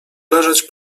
leżeć